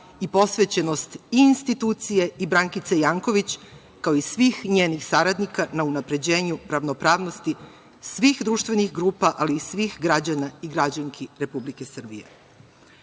i posvećenost i institucije i Brankice Janković, kao i svih njenih saradnika u unapređenju ravnopravnosti svih društvenih grupa, ali i svih građana i građanki Republike Srbije.U